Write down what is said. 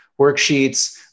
worksheets